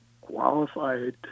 qualified